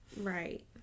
Right